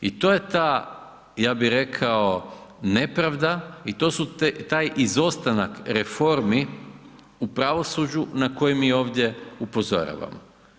I to je ta ja bi rekao nepravda i to su taj izostanak reformi u pravosuđu na koji mi ovdje upozoravamo.